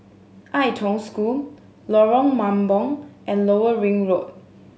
Ai Tong School Lorong Mambong and Lower Ring Road